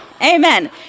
Amen